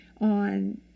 on